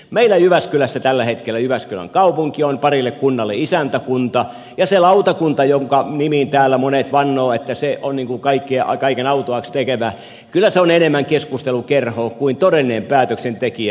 meillä jyväskylässä tällä hetkellä jyväskylän kaupunki on parille kunnalle isäntäkunta ja se lautakunta jonka nimiin täällä monet vannovat että se on kaiken autuaaksi tekevä kyllä on enemmän keskustelukerho kuin todellinen päätöksentekijä